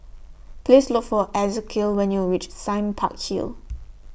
Please Look For Ezekiel when YOU REACH Sime Park Hill